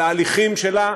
על ההליכים שלה,